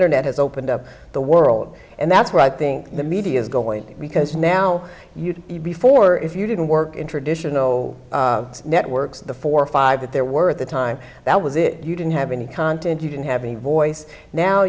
internet has opened up the world and that's where i think the media is going because now you before if you didn't work in traditional networks the four or five that there were at the time that was it you didn't have any content you didn't have any voice now